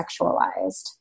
sexualized